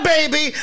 Baby